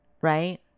right